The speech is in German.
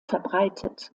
verbreitet